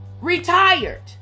retired